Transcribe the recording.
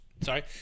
Sorry